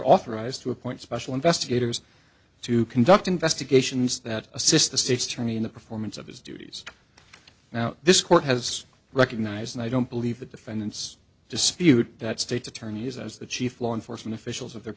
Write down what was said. authorized to appoint special investigators to conduct investigations that assist the state's attorney in the performance of his duties now this court has recognized and i don't believe the defendants dispute that state's attorneys as the chief law enforcement officials of the